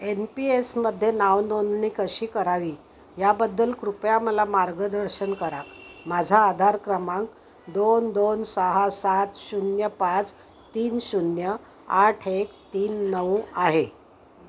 N P एसमध्ये नावनोंदणी कशी करावी याबद्दल कृपया मला मार्गदर्शन करा माझा आधार क्रमांक दोन दोन सहा सात शून्य पाच तीन शून्य आठ एक तीन नऊ आहे